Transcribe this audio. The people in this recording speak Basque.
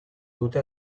dute